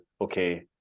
okay